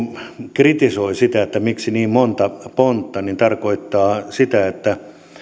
kritisoi sitä miksi on niin monta pontta niin se tarkoittaa sitä että